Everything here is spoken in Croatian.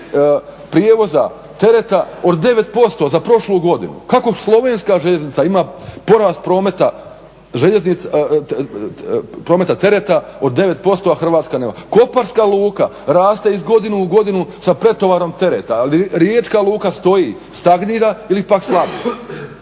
prijevoza tereta od 9% za prošlu godinu. Kako slovenska željeznica ima porast prometa tereta od 9%, a Hrvatska ne? Koparska luka raste iz godine u godinu sa pretovarom tereta, ali Riječka luka stoji, stagnira ili pak slabi.